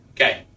Okay